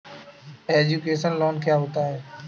Education loan क्या होता है?